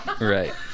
Right